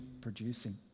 producing